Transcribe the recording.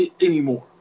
anymore